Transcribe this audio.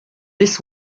this